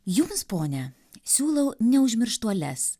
jums pone siūlau neužmirštuoles